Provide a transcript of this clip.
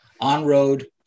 on-road